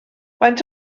faint